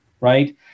right